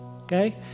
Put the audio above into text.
okay